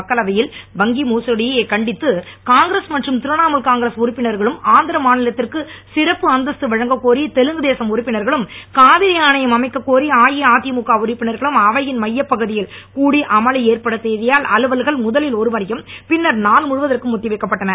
மக்களவையில் வங்கி மோசடியை கண்டித்து காங்கிரஸ் மற்றும் திரிணாமுல் காங்கிரஸ் உறுப்பினர்களும் ஆந்திர மாநிலத்திற்கு சிறப்பு அந்தஸ்து வழங்கக் கோரி தெலுங்கு தேசம் உறுப்பினர்களும் காவிரி ஆணையம் அமைக்க கோரி அஇஅதிமுக உறுப்பினர்களும் அவையின் மையப் பகுதியில் கூடி அமளி ஏற்படுத்தியதால் அலுவல்கன் முதலில் ஒருமுறையும் பின்னர் நான் முழுவதற்கும் ஒத்திவைக்கப்பட்டன